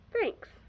Thanks